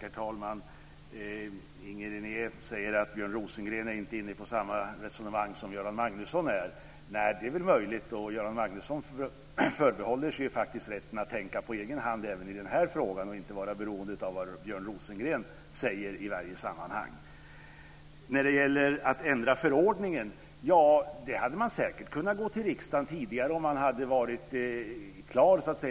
Herr talman! Inger René säger att Björn Rosengren inte är inne på samma resonemang som Göran Magnusson. Det är väl möjligt att det är så. Göran Magnusson förbehåller sig faktiskt rätten att tänka på egen hand även i den här frågan och att inte vara beroende av vad Björn Rosengren i varje sammanhang säger. När det gäller detta med att ändra förordningen hade man säkert kunnat gå till riksdagen tidigare om man så att säga hade varit klar att